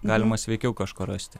galima sveikiau kažko rasti